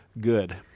good